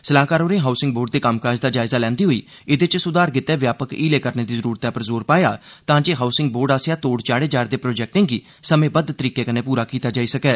सलाहकार होरें housing board दे कम्मकाज दा जायजा लैंदे होई एहदे च सुधार गितै व्यापक हीले करने दी जरूरतै पर जोर पाया तांजे हाउसिंग बोर्ड आसेआ तोढ़ चाढ़े जा'रदे प्रोजेक्टें गी समेंबद्ध तरीके कन्नै पूरा कीता जाई सकै